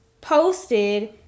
posted